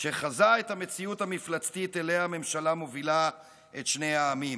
שחזה את המציאות המפלצתית שאליה הממשלה מובילה את שני העמים.